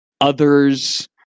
others